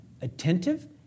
attentive